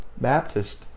Baptist